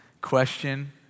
question